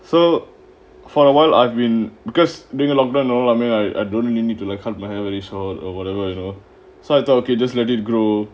so for awhile I've been because during a long time you know I mean I I don't really need to cut my hair short or whatever you know so I thought okay just let it grow